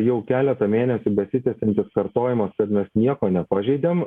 jau keletą mėnesių besitęsiantis kartojimas kad mes nieko nepažeidėm